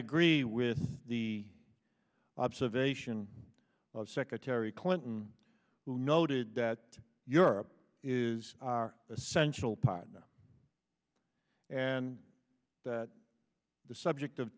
agree with the observation of secretary clinton who noted that europe is our essential partner and that the subject of